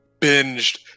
binged